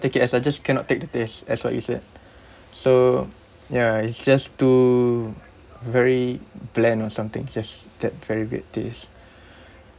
take it as I just cannot take the taste as what you said so ya it's just too very bland or something just that very weird taste